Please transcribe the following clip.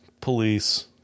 police